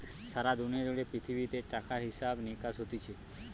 সারা দুনিয়া জুড়ে পৃথিবীতে টাকার হিসাব নিকাস হতিছে